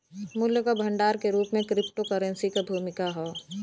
मूल्य क भंडार के रूप में क्रिप्टोकरेंसी क भूमिका हौ